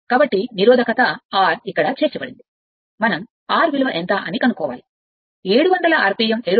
కాబట్టి నిరోధకత R ఇక్కడ చేర్చబడింది మనం తెలుసుకోవాలి R అంటే ఏమిటి